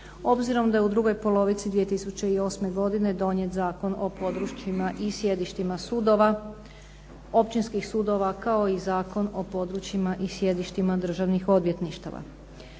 obzirom da je u drugoj polovici 2008. godine donijet Zakon o područjima i sjedištima sudova, općinskih sudova, kao i Zakon o područjima i sjedištima državnih odvjetništava.